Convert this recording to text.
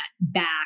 back